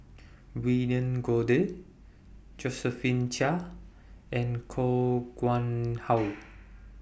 William Goode Josephine Chia and Koh Nguang How